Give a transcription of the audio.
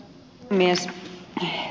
arvoisa puhemies